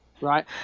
right